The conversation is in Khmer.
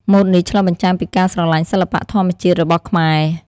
ម៉ូដនេះឆ្លុះបញ្ចាំងពីការស្រឡាញ់សិល្បៈធម្មជាតិរបស់ខ្មែរ។